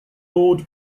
lord